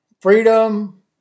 Freedom